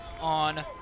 on